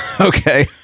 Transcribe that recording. Okay